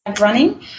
running